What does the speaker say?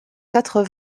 quatre